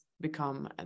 become